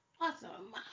Awesome